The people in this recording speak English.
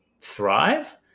thrive